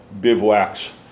bivouacs